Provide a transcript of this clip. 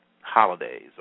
holidays